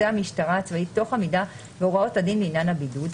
המשטרה הצבאית תוך עמידה בהוראות הדין לעניין הבידוד,